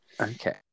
Okay